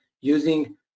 using